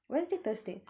wednesday thursday